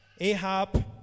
Ahab